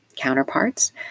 counterparts